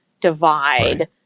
divide